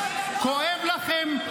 כואב לכם.